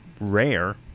rare